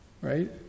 Right